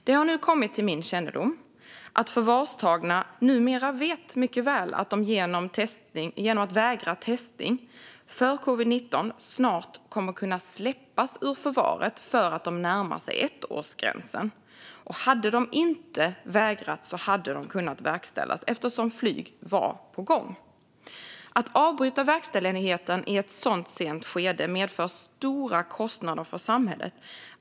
Det har nu kommit till min kännedom att förvarstagna numera mycket väl vet att de genom att vägra testning för covid-19 snart kommer att kunna släppas ur förvaret eftersom de närmar sig ettårsgränsen. Om de inte hade vägrat hade utvisningen kunnat verkställas, eftersom flyg var på gång. Att avbryta verkställigheten i ett så sent skede medför stora kostnader för samhället.